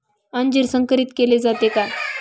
अंजीर संकरित केले जाते का?